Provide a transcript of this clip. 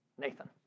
Nathan